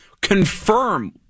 confirm